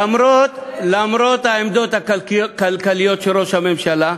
למרות העמדות הכלכליות של ראש הממשלה.